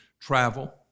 travel